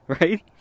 right